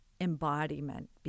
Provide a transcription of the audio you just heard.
embodiment